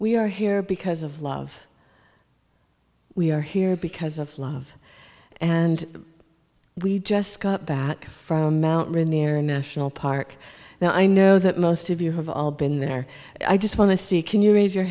we are here because of love we are here because of love and we just got back from mt rainier national park now i know that most of you have all been there i just want to see can you raise your